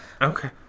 Okay